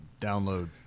download